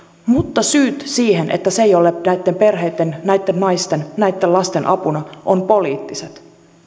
mutta syyt siihen että se ei ole näitten perheitten näitten naisten näitten lasten apuna ovat poliittiset